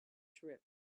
trip